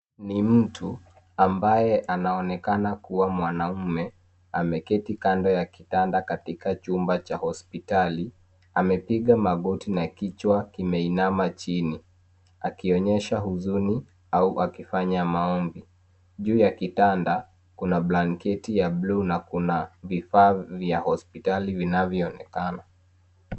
Ni mtu ambaye anaonekana kuwa mwanaume, ameketi kando ya kitanda katika chumba cha hospitali, amepiga magoti na kichwa kimeinama chini, akionyesha huzuni au akifanya maombi, juu ya kitanda kuna blanketi ya bluu na kuna vifa vya hospitali vinavyoonekana.